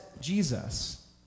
Jesus